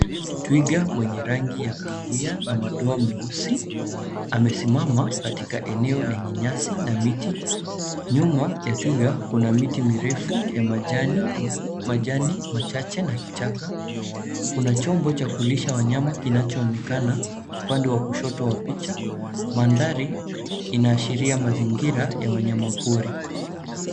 Twiga mwenye rangi ya kahawia na madoa meusi, amesimama katika eneo lenye nyasi na miti. Nyuma ya twiga kunamiti mirefu na majani machache na kichaka. Kuna chombo cha kulisha wanyama kinachoonekana upande wa kushoto wa picha, mandhari inaashiria mazingira ya wanyamapori.